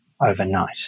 overnight